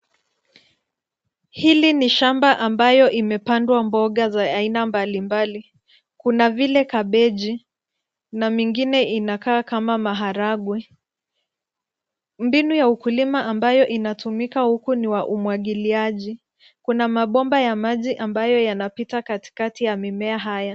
Hili ni shamba ambayo imepandwa mboga za aina mbalimbali, kuna vile kabeji na mingine inakaa kama maharagwe. Mbinu ya ukulima ambayo inatumika huku ni wa umwagiliaji. Kuna mabomba ya maji ambayo yanapita katikati ya mimea haya.